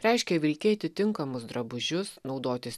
reiškia vilkėti tinkamus drabužius naudotis